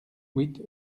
huit